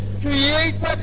created